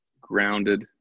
grounded